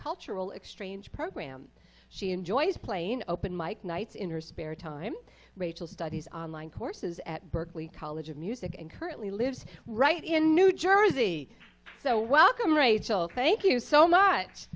cultural exchange program she enjoys playing open mic nights in her spare time rachael studies courses at berklee college of music and currently lives right in new jersey so welcome rachel thank you so much